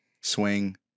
swing